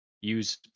use